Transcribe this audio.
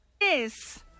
Yes